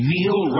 Neil